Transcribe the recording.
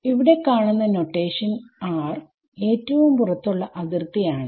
ഇവിടെ കാണുന്ന നൊട്ടേഷൻ ഏറ്റവും പുറത്തുള്ള അതിർത്തി ആണ്